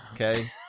Okay